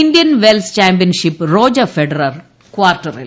Indian Wells championship Roger Federer ക്വാർട്ടറിൽ